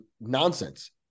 nonsense